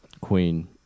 Queen